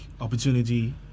opportunity